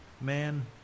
man